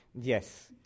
yes